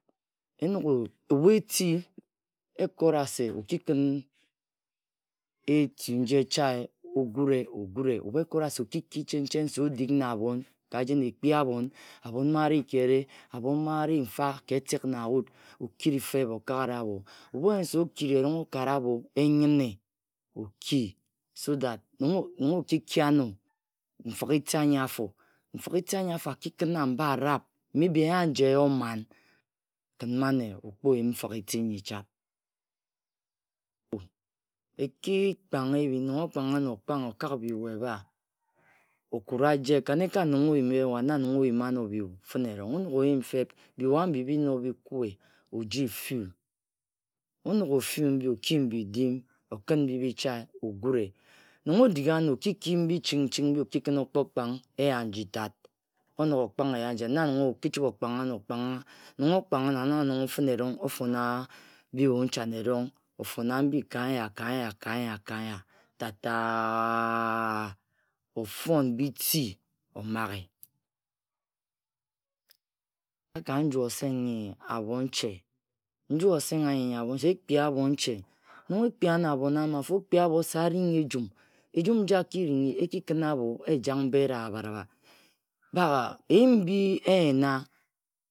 Nnog-o, ebhu eti, exora e-kora se okikhin etu nji echae ogure, ebhu Ogure ebhu ekora se okiki chen-chen se odig-na-abhon ka jon ekpi abhon, abhon mma ari ka ere, abhon mma ari mfa ka etek na wut okiri feb okara-bho. Ebhu oyen se okiri erong okara-bho, e-nyine, o-ki. so that nong o-ki-ki ano nfig-eti anyi afo, nfig-eti anyi afo akikin wa mba arab, may be eya aji eyi omarı khin mane oyi oyihm nfig-eti nyi-tat Eki kpang ebhin, nong okpanga ano okpang, okak biyu ebha oku-ra aje, ekan-ekan nong oyima ewa na nong oyima ano biyu fire- erong onog-oyim feb. biyu abhi binog bi kue, oji fu-u enog ofu mbi, oki mbidikım, okhin mbi bichae ogure. Nong odig-ano oki ka mbi ching-ching okikhin oкpo-kpang eya niji-tat. Onog okpang eya jit na nong okichibhe okpanga ano. okpanga. nong okpanga ano na nong finerong ofana biyu ncham erong. ofona mbi nya. ka nya. ka nya. ka nya ta-Ta-a ofon biti-i, omaghe. ka nju-esang nyi abhonche. Nju oseng anyi, nyi abhonche ekpia abhonche. Nong oκρiα ano abhon ama-afo okpία abhho se aringi ejum. Ejum nji aki-ringhi eki khin abho ejang mba eraba-raba. ba, ejum mbi eyena.